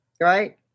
right